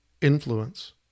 influence